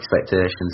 expectations